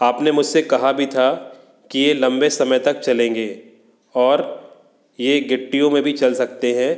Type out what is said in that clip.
आप ने मुझ से कहा भी था कि ये लंबे समय तक चलेंगे और ये गिट्टियों में भी चल सकते हैं